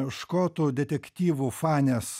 škotų detektyvų fanės